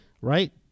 right